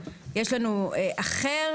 יש לנו אחר,